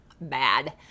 bad